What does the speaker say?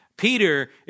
Peter